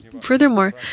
furthermore